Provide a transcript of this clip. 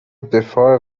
دفاع